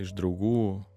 iš draugų